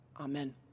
Amen